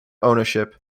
ownership